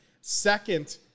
Second